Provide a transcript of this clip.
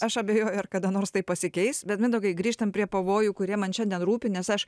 aš abejoju ar kada nors tai pasikeis bet mindaugai grįžtam prie pavojų kurie man šiandien rūpi nes aš